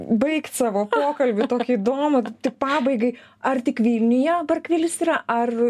baigt savo pokalbį tokį įdomų tik pabaigai ar tik vilniuje barkvilis yra ar